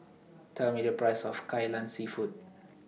Tell Me The Price of Kai Lan Seafood